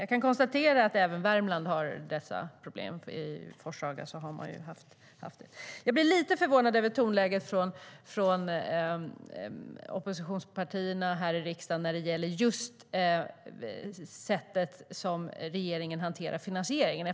Jag kan konstatera att även Värmland har dessa problem, bland annat i Forshaga.Jag blir lite förvånad över tonläget från oppositionspartierna här i riksdagen när det gäller det sätt som regeringen hanterar finansieringen på.